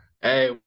Hey